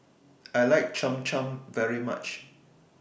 I like Cham Cham very much